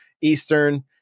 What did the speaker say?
eastern